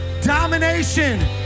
Domination